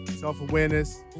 self-awareness